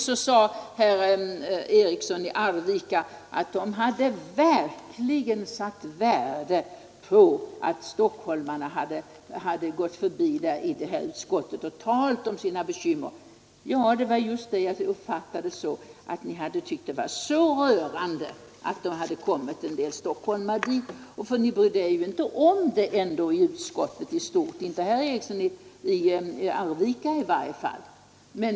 Så sade herr Eriksson i Arvika att man verkligen hade satt värde på att stockholmarna hade gått förbi i utskottet och talat om sina bekymmer. Ja, det var just det. Ni tyckte det var så rörande, men ni brydde er ju inte om det i utskottet i stort, i varje fall inte herr Eriksson i Arvika.